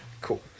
Cool